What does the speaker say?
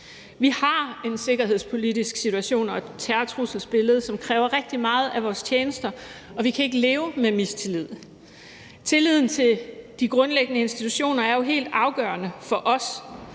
Vi har en sikkerhedspolitisk situation og et terrortrusselsbillede, som kræver rigtig meget af vores tjenester, og vi kan ikke leve med mistillid. Tilliden til de grundlæggende institutioner er helt afgørende for os,